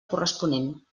corresponent